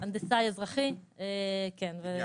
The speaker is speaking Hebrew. זה נקרא הנדסאי אזרחי, בניין.